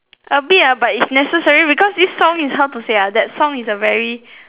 a bit lah but it is necessary because this song is like how to say ah that song is a very